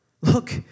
Look